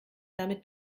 damit